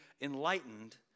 enlightened